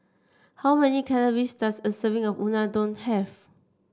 how many calories does a serving of Unadon have